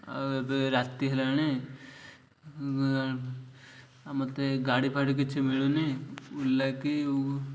ଆଉ ଏବେ ରାତି ହେଲାଣି ମୋତେ ଗାଡ଼ି ଫାଡ଼ି କିଛି ମିଳୁନି କି